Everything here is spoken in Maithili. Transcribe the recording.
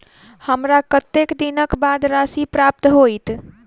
हमरा कत्तेक दिनक बाद राशि प्राप्त होइत?